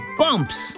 bumps